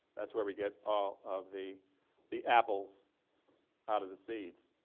that's where we get all of the the apples out of the seeds,